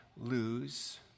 lose